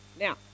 Now